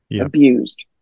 abused